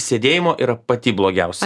sėdėjimo yra pati blogiausia